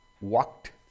walked